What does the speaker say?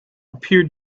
appeared